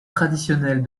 traditionnelle